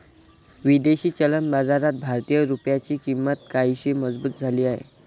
विदेशी चलन बाजारात भारतीय रुपयाची किंमत काहीशी मजबूत झाली आहे